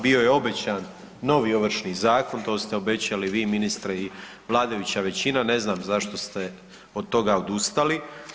Bio je obećan novi Ovršni zakon, to ste obećali vi ministre i vladajuća većina, ne znam zašto ste od toga odustali.